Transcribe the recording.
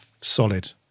solid